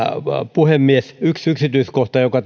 puhemies yksi yksityiskohta joka